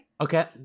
Okay